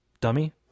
dummy